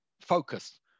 focused